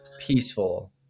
peaceful